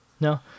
no